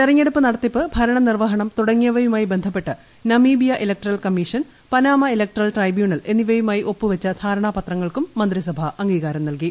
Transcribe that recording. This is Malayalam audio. തെരഞ്ഞെടുപ്പ് നടത്തിപ്പ് ഭരണ നിർവ്വഹണം തുടങ്ങിയവയുമായി ബന്ധപ്പെട്ട് Namibia electoral commission Panama electoral tribunal എന്നിവയുമായി ഒപ്പുവെച്ച ധാരണാപത്രങ്ങൾക്കും മന്ത്യിസഭ അംഗീകാരം നൽകി